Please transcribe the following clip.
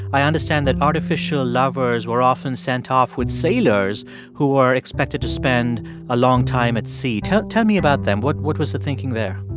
i understand that artificial lovers were often sent off with sailors who were expected to spend a long time at sea tell tell me about them. what what was the thinking there?